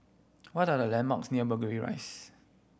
what are the landmarks near Burgundy Rise